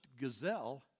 gazelle